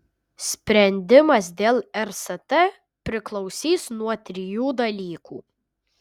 sprendimas dėl rst priklausys nuo trijų dalykų